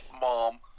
Mom